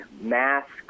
masks